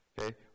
Okay